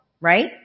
right